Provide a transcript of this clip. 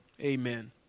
Amen